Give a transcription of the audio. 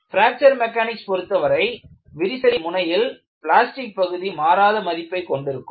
fracture mechanics பொருத்தவரை விரிசலின் முனையில் பிளாஸ்டிக் பகுதி மாறாத மதிப்பைக் கொண்டிருக்கும்